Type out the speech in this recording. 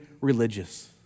religious